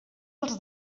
els